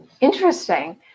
interesting